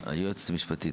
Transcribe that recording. היועצת המשפטית,